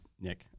Nick